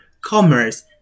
commerce